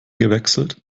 gewechselt